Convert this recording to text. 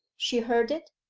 she heard it.